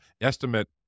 Estimate